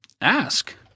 ask